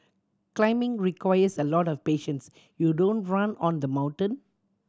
climbing requires a lot of patience you don't run on the mountain